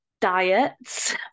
diets